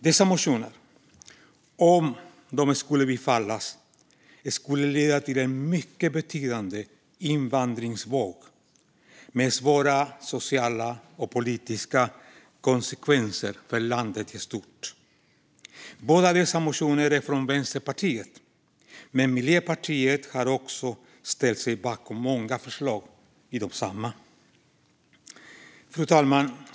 Dessa motioner skulle, om de skulle bifallas, leda till en mycket betydande invandringsvåg med svåra sociala och politiska konsekvenser för landet i stort. Båda dessa motioner är från Vänsterpartiet, men Miljöpartiet har också ställt sig bakom många förslag i desamma. Fru talman!